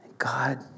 God